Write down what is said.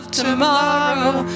tomorrow